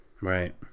Right